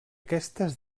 aquestes